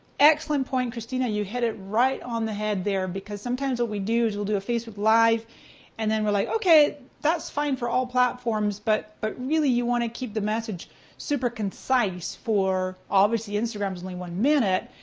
excellent point, christina. you hit it right on the head there because sometimes what we do is we'll do a facebook live and then we're like, okay, that's fine for all platforms. but but really you want to keep the message super concise for obviously instagram's only one minute.